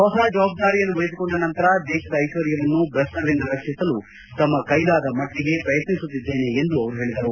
ಹೊಸ ಜವಾಬ್ದಾರಿಯನ್ನು ವಹಿಸಿಕೊಂಡ ನಂತರ ದೇಶದ ಐಶ್ವರ್ಥವನ್ನು ಭ್ರಷ್ಟರಿಂದ ರಕ್ಷಿಸಲು ತಮ್ಮ ಕೈಲಾದ ಮಟ್ಟಗೆ ಪ್ರಯತ್ನಿಸಿದ್ದೇನೆ ಎಂದು ಅವರು ಹೇಳಿದರು